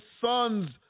son's